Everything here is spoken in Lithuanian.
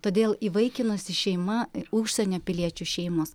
todėl įvaikinusi šeima ir užsienio piliečių šeimos